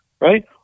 right